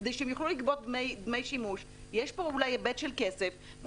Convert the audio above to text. כדי שהם יוכלו לגבות דמי שימוש אולי היבט של כסף.